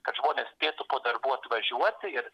kad žmonės spėtų po darbų atvažiuoti ir